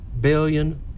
billion